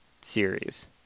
series